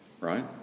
right